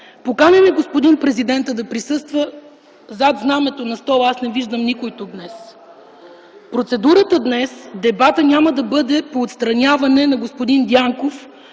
Поканен е господин президентът да присъства – зад знамето на стола аз не виждам никой днес. Процедурата, дебатът няма да бъде по отстраняване на господин Дянков